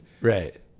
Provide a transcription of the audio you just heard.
Right